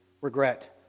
Regret